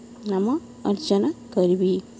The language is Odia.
ନାମ ଅର୍ଜନ କରିବି